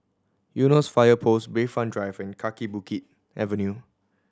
Eunos Fire Post Bayfront Drive and Kaki Bukit Avenue